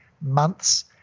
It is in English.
months